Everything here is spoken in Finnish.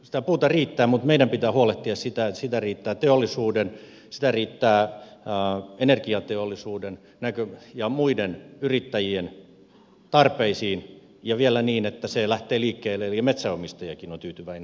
sitä puuta riittää mutta meidän pitää huolehtia siitä että sitä riittää teollisuuden energiateollisuuden ja muiden yrittäjien tarpeisiin ja vielä niin että se lähtee liikkeelle eli metsänomistajakin on tyytyväinen